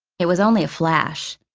it was only a flash,